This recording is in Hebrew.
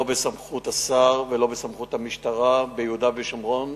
בסמכות השר ולא בסמכות המשטרה ביהודה ושומרון,